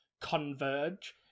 converge